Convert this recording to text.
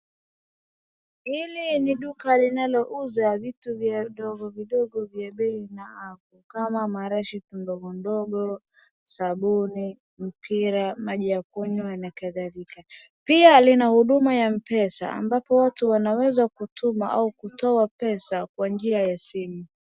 Hili ni duka linalouza vitu vidogo vidogo vya bei na amu kama marashi ndogondogo, sabuni mpira, maji ya kunywa na kadhalika. Pia lina huduma ya pesa ambapo watu wanaweza kutuma au kutoa pesa kwa njia ya simu.